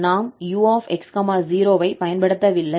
நாம் 𝑢 𝑥 0 ஐப் பயன்படுத்தவில்லை